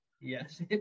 Yes